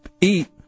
eat